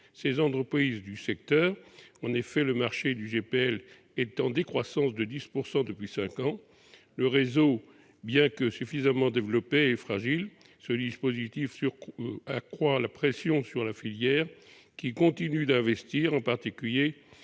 les entreprises de ce secteur. En effet, le marché du GPL est en décroissance de 10 % depuis cinq ans. Le réseau, bien que suffisamment développé, est fragile. Ce mécanisme accroît la pression sur la filière, qui continue d'investir, en particulier